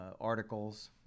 articles